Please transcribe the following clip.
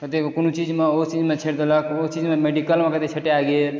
कतयके कोनो चीजमे ओ चीजमे छाँटि देलक ओ चीज मेडिकलमे कतय छँटा गेल